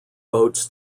boats